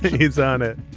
he's on it